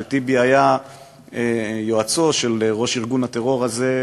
וטיבי היה יועצו של ראש ארגון הטרור הזה,